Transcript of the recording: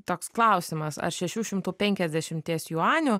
toks klausimas ar šešių šimtų penkiasdešimties juanių